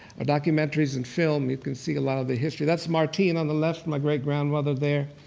or documentaries and film, you can see a lot of the history. that's martine on the left, my great grandmother there,